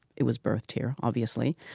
it was birthed here obviously.